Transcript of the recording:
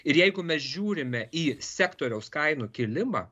ir jeigu mes žiūrime į sektoriaus kainų kilimą